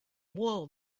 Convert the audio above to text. wool